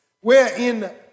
Wherein